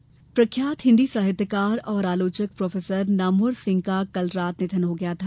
साहित्यकार निधन प्रख्यात हिंदी साहित्यकार और आलोचक प्रोफेसर नामवर सिंह का कल रात निधन हो गया था